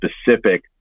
specific